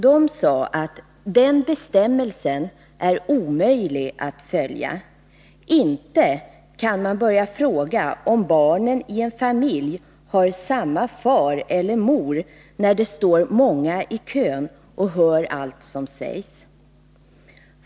De sade: Den bestämmelsen är omöjlig att följa. Inte kan man börja fråga om barnen i en familj har samma far eller mor, när det står många i kön och hör allt som sägs.